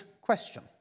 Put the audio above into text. question